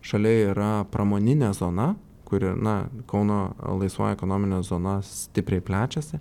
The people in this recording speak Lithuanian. šalia yra pramoninė zona kuri na kauno laisvoji ekonominė zona stipriai plečiasi